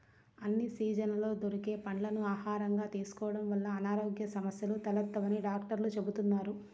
అన్ని సీజన్లలో దొరికే పండ్లని ఆహారంగా తీసుకోడం వల్ల అనారోగ్య సమస్యలు తలెత్తవని డాక్టర్లు చెబుతున్నారు